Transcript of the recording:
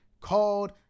called